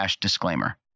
disclaimer